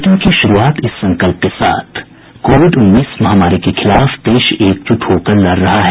bulletin की शुरूआत इस संकल्प के साथ कोविड उन्नीस महामारी के खिलाफ देश एकजुट होकर लड़ रहा है